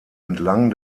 entlang